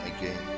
again